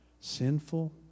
sinful